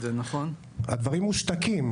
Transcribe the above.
הדברים מושתקים.